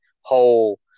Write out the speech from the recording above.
whole